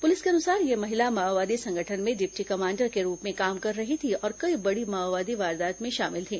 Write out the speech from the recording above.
police के अनुसार यह महिला माओवादी संगठन में डिप्टी कमांडर के रूप में काम कर रही थी और कई बड़ी माओवादी वारदात में शामिल थी